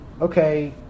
okay